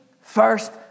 first